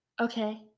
Okay